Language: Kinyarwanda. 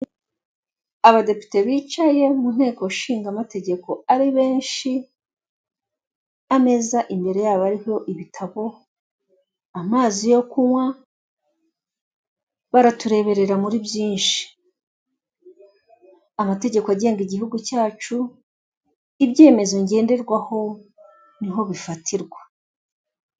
Abadepite bicaye mu nteko shingamategeko ari benshi, ameza imbere yabo ariho ibitabo, amazi yo kunywa, baratureberera muri byinshi, amategeko agenga igihugu cyacu, ibyemezo ngenderwaho niho bifatirwa.